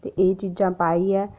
ते एह् चीजां पाइयै